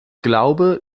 glaube